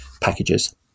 packages